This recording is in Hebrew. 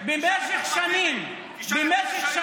תשאל את אחמד טיבי.